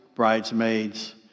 bridesmaids